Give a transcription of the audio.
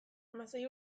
hamasei